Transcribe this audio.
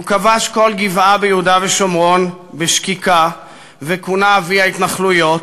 הוא כבש כל גבעה ביהודה ושומרון בשקיקה וכונה "אבי ההתנחלויות",